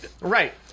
Right